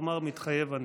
תאמר: מתחייב אני.